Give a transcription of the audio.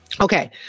Okay